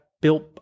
built